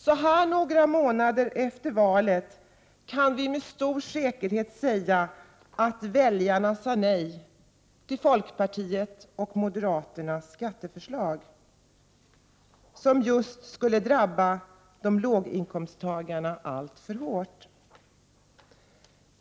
Så här några månader efter valet kan vi med stor säkerhet säga att väljarnd sade nej till folkpartiets och moderaternas skatteförslag, som just skulld drabba låginkomsttagarna alltför hårt.